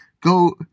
go